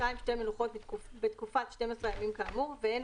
(2) שתי מנוחות בתקופת 12 הימים כאמור והן